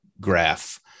graph